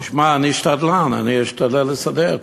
תשמע, אני שתדלן, אני אשתדל לסדר.